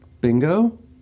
Bingo